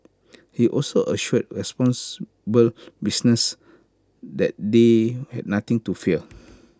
he also assured responsible business that they had nothing to fear